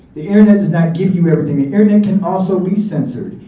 the internet does not give you everything. the internet can also be censored.